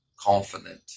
confident